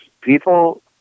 people